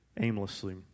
aimlessly